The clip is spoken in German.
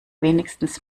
wenigstens